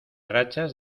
rachas